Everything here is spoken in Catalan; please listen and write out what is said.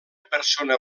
persona